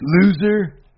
Loser